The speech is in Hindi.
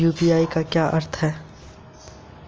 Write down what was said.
यू.पी.आई का क्या अर्थ है?